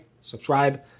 subscribe